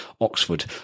oxford